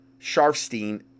Sharfstein